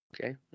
okay